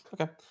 okay